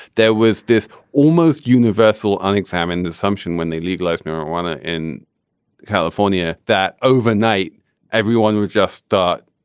there was this almost universal unexamined assumption when they legalized marijuana in california that overnight everyone with just thought.